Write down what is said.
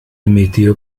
emitió